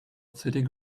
sitting